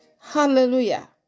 Hallelujah